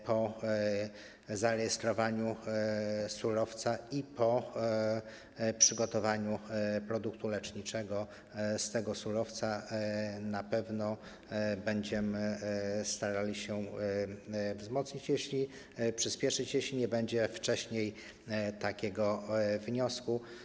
Po zarejestrowaniu surowca i po przygotowaniu produktu leczniczego z tego surowca na pewno będziemy starali się wzmocnić, przyspieszyć to, jeśli nie będzie wcześniej takiego wniosku.